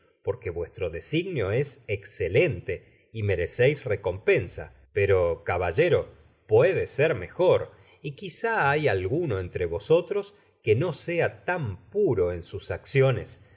porque vuestro designio es escelente y mereceis recompensa pero caballero puede ser mejor y quizá hay alguno entre vosotros que no sea tan puro en sus acciones